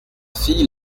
fille